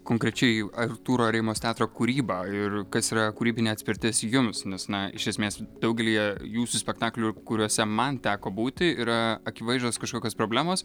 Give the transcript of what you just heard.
konkrečiai artūro areimos teatro kūrybą ir kas yra kūrybinė atspirtis jums nes na iš esmės daugelyje jūsų spektaklių kuriuose man teko būti yra akivaizdžios kažkokios problemos